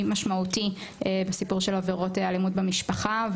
משמעותי בסיפור של עבירות אלימות במשפחה,